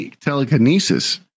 telekinesis